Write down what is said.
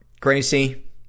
Gracie